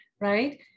right